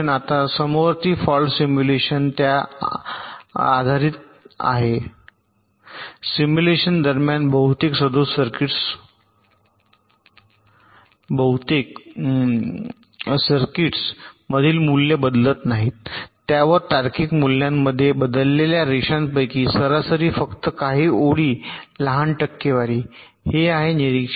आता समवर्ती fault simulation त्या आधारावर आधारित आहे सिमुलेशन दरम्यान बहुतेक सदोष सर्किटमधील मूल्ये बदलत नाहीत त्या वर तार्किक मूल्यांमध्ये बदललेल्या रेषांपैकी सरासरी फक्त काही ओळी लहान टक्केवारी हे आहे निरीक्षण